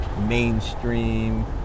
mainstream